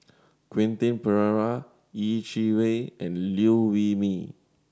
Quentin Pereira Yeh Chi Wei and Liew Wee Mee